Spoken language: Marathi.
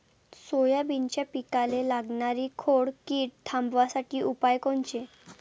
सोयाबीनच्या पिकाले लागनारी खोड किड थांबवासाठी उपाय कोनचे?